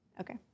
Okay